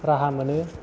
राहा मोनो